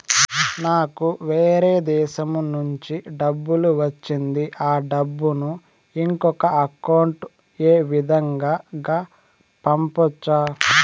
నాకు వేరే దేశము నుంచి డబ్బు వచ్చింది ఆ డబ్బును ఇంకొక అకౌంట్ ఏ విధంగా గ పంపొచ్చా?